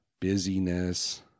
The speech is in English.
busyness